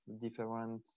different